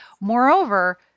Moreover